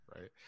right